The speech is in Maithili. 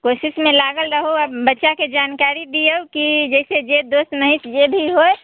कोशिशमे लागल रहु आओर बच्चाके जानकारी दियौ कि जे जैसे दोस्त नाइत जे भी होइ